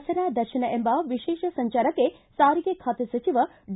ದಸರಾ ದರ್ಶನ ಎಂಬ ವಿಶೇಷ ಬಸ್ ಸಂಚಾರಕ್ಕೆ ಸಾರಿಗೆ ಖಾತೆ ಸಚಿವ ಡಿ